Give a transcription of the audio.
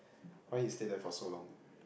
why he stay there for so long